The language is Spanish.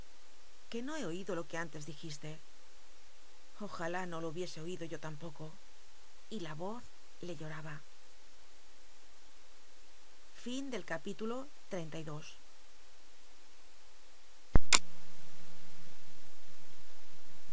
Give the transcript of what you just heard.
que no he oído lo que antes dijiste ojalá no lo hubiese oído yo tampoco y la voz le lloraba i é